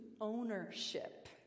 ownership